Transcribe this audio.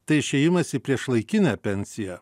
tai išėjimas į priešlaikinę pensiją